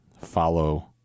follow